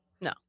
No